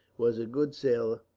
was a good sailor,